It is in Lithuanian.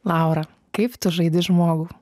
laura kaip tu žaidi žmogų